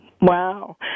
Wow